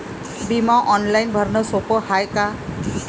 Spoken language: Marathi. बिमा ऑनलाईन भरनं सोप हाय का?